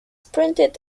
printed